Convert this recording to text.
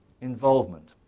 Involvement